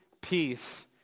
peace